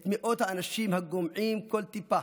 את מאות האנשים הגומעים כל טיפה,